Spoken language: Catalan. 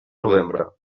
novembre